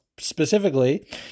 specifically